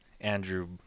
andrew